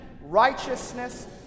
righteousness